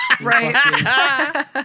Right